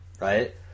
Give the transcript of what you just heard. right